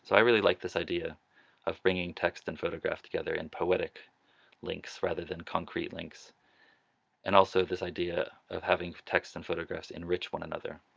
i really liked this idea of bringing text and photograph together in poetic links rather than concrete links and also this idea of having text and photographs enrich one another.